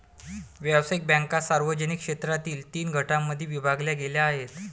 व्यावसायिक बँका सार्वजनिक क्षेत्रातील तीन गटांमध्ये विभागल्या गेल्या आहेत